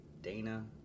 Dana